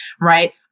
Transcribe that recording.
right